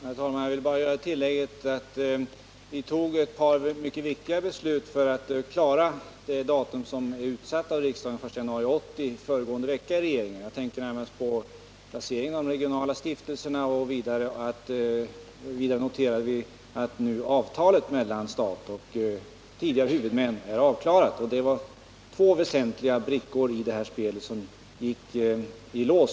Herr talman! Jag vill bara göra tillägget att vi i regeringen föregående vecka fattade ett par mycket viktiga beslut för att vi skall kunna klara det datum som är utsatt av riksdagen — den 1 januari 1980. Jag tänker närmast på placeringen av de regionala stiftelsernas huvudkontor. Vidare noterade vi att avtalet mellan staten och tidigare huvudmän är klart. Det var två väsentliga saker som på detta sätt gick i lås.